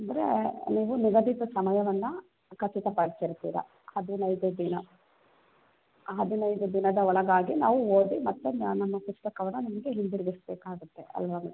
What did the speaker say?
ಅಂದ್ರೆ ನೀವು ನಿಗದಿತ ಸಮಯವನ್ನು ಖಚಿತ ಪಡಿಸಿರ್ತೀರಾ ಹದಿನೈದು ದಿನ ಆ ಹದಿನೈದು ದಿನದ ಒಳಗಾಗಿ ನಾವು ಓದಿ ಮತ್ತೆ ನಾವು ನಮ್ಮ ಪುಸ್ತಕವನ್ನು ನಿಮಗೆ ಹಿಂದಿರುಗಿಸ್ಬೇಕಾಗತ್ತೆ ಅಲ್ವಾ